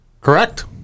Correct